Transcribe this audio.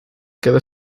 quedó